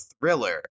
thriller